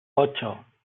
ocho